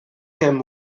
him